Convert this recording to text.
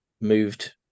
moved